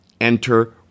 Enter